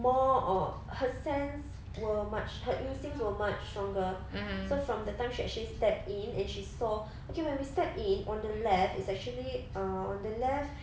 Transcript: more on her sense were much her instincts were much stronger so from the time she actually step in and she saw okay when we step in on the left it's actually uh on the left